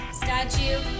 statue